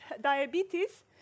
diabetes